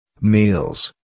meals